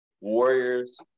Warriors